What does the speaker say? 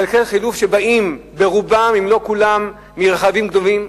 שבאים ברובם, אם לא כולם, מרכבים גנובים.